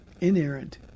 inerrant